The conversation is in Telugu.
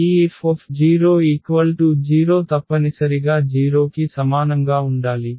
ఈ F0 తప్పనిసరిగా 0 కి సమానంగా ఉండాలి